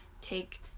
take